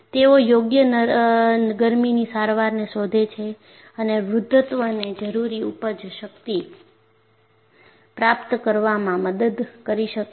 તેઓ યોગ્ય ગરમીની સારવારને શોધે છે અને વૃદ્ધત્વને જરૂરી ઉપજ શક્તિ પ્રાપ્ત કરવામાં મદદ કરી શકે છે